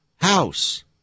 house